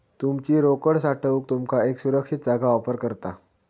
तुमची रोकड साठवूक तुमका एक सुरक्षित जागा ऑफर करता